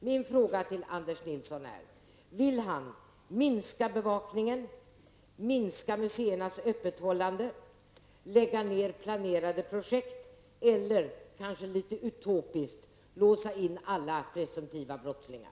Min fråga till Anders Nilsson är: Vill han minska bevakningen, minska museernas öppethållande, lägga ner planerade projekt eller kanske litet utopiskt låsa in alla presumtiva brottslingar?